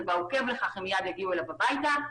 בעוקב לכך הם מיד יגיעו אליו הביתה.